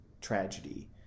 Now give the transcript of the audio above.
Tragedy